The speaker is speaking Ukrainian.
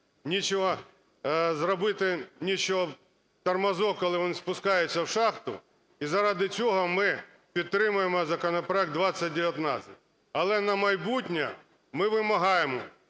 з чого зробити "тормозок", коли вони спускаються в шахту. І заради цього ми підтримуємо законопроект 2019. Але на майбутнє ми вимагаємо,